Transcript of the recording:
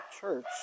church